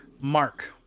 Mark